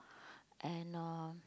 and uh